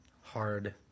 hard